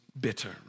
bitter